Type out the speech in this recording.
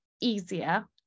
easier